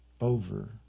over